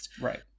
Right